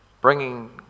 bringing